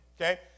Okay